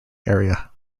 area